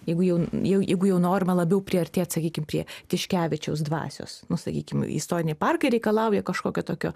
jeigu jau jeigu jau norima labiau priartėt sakykim prie tiškevičiaus dvasios nu sakykim istoriniai parkai reikalauja kažkokio tokio